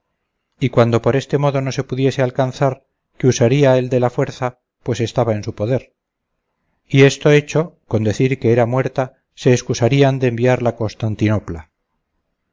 y cuando por este modo no se pudiese alcanzar que usaría el de la fuerza pues estaba en su poder y esto hecho con decir que era muerta se escusarían de enviarla a constantinopla